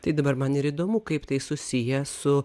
tai dabar man ir įdomu kaip tai susiję su